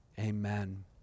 amen